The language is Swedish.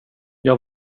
jag